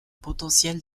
potentiel